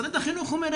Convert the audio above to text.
משרד החינוך אומר,